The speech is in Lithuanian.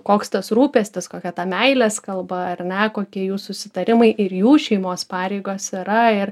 koks tas rūpestis kokia ta meilės kalba ar ne kokie jų susitarimai ir jų šeimos pareigos yra ir